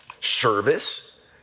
service